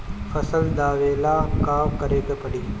फसल दावेला का करे के परी?